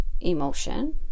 emotion